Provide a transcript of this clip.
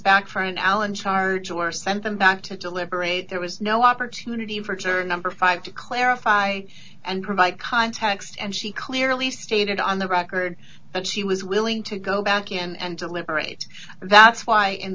back for an allen charge or send them back to deliberate there was no opportunity for juror number five to clarify and provide context and she clearly stated on the record that she was willing to go back and deliberate that's why in